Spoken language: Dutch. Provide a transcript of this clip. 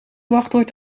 wachtwoord